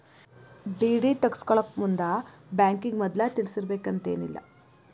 DD ತಗ್ಸ್ಕೊಳೊಮುಂದ್ ಬ್ಯಾಂಕಿಗೆ ಮದ್ಲ ತಿಳಿಸಿರ್ಬೆಕಂತೇನಿಲ್ಲಾ